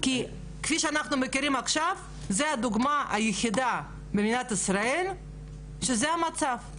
כי כפי שאנחנו מכירים עכשיו זו הדוגמה היחידה במדינת ישראל שזה המצב.